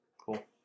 Cool